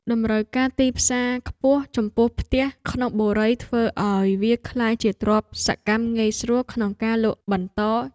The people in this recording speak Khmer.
តម្រូវការទីផ្សារខ្ពស់ចំពោះផ្ទះក្នុងបុរីធ្វើឱ្យវាក្លាយជាទ្រព្យសកម្មងាយស្រួលក្នុងការលក់បន្ត។